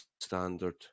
standard